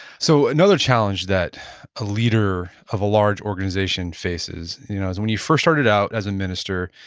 so another challenge that a leader of a large organization faces you know is when you first started out as a minister,